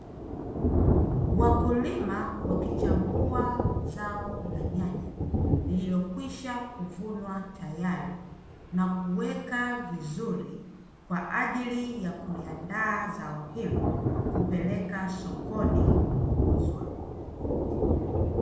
Wakulima wakichambua zao la nyanya lililokwisha kuvunwa tayari na kuweka vizuri, kwa ajili ya kuliandaa zao hilo kupeleka sokoni kuuzwa.